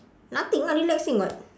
nothing ah relaxing [what]